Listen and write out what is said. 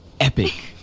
Epic